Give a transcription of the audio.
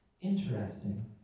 Interesting